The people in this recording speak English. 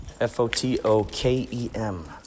F-O-T-O-K-E-M